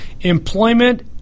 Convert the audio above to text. employment